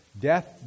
death